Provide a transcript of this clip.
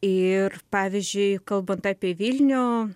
ir pavyzdžiui kalbant apie vilnių